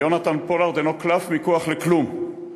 יונתן פולארד אינו קלף מיקוח לכלום,